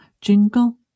jingle